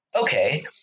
okay